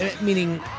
meaning